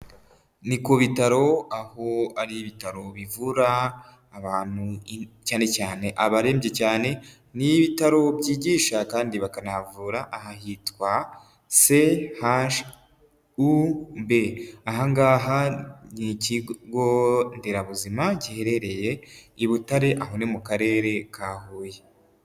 Ni ku Bitaro aho ari Ibitaro bivura abantu cyane cyane abarembye cyane. Ni Ibitaro byigisha kandi bakanavura aha hitwa CHUB. Aha ngaha ni ikigonderabuzima giherereye i Butare aho ni mu Karere ka Huye.